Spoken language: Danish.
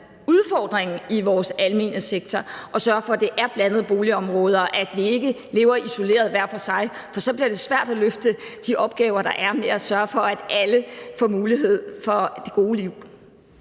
udfordring i vores almene sektor for at sørge for, at der er blandede boligområder, og at vi ikke lever isoleret hver for sig. For så bliver det svært at løfte de opgaver, der er med at sørge for, at alle får mulighed for det gode liv.